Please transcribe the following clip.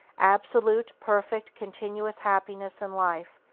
absolute, perfect, continuous happiness in life,